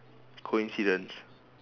coincidence